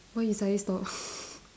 why you suddenly stop